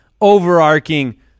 overarching